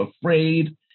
afraid